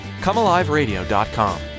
comealiveradio.com